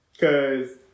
Cause